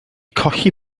colli